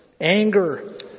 anger